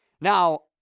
Now